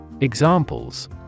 Examples